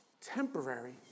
Temporary